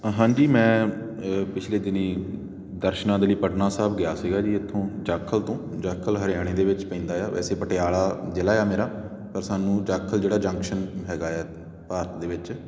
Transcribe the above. ਅ ਹਾਂਜੀ ਮੈਂ ਪਿਛਲੇ ਦਿਨੀਂ ਦਰਸ਼ਨਾਂ ਦੇ ਲਈ ਪਟਨਾ ਸਾਹਿਬ ਗਿਆ ਸੀਗਾ ਜੀ ਇੱਥੋਂ ਜਾਖਲ ਤੋਂ ਜਾਖਲ ਹਰਿਆਣੇ ਦੇ ਵਿੱਚ ਪੈਂਦਾ ਆ ਵੈਸੇ ਪਟਿਆਲਾ ਜ਼ਿਲ੍ਹਾ ਆ ਮੇਰਾ ਪਰ ਸਾਨੂੰ ਜਾਖਲ ਜਿਹੜਾ ਜੰਕਸ਼ਨ ਹੈਗਾ ਆ ਭਾਰਤ ਦੇ ਵਿੱਚ